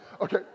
Okay